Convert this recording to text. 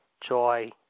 joy